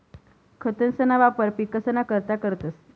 खतंसना वापर पिकसना करता करतंस